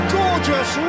gorgeous